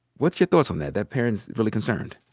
what's your thoughts on that? that parent's really concerned.